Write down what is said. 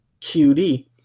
QD